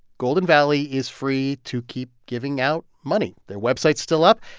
golden valley is free to keep giving out money. their website's still up.